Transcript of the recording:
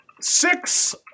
Six